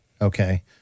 okay